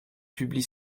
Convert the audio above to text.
publie